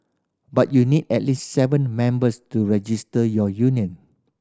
but you need at least seven members to register your union